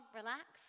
relax